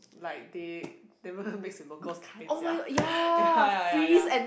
like they never base in locals kind sia ya ya ya ya